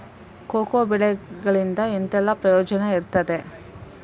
Cocoa ಬೆಳೆಗಳಿಂದ ಎಂತೆಲ್ಲ ಪ್ರಯೋಜನ ಇರ್ತದೆ?